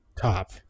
top